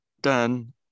done